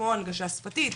כמו הנגשה שפתית,